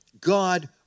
God